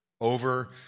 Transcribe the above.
over